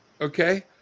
Okay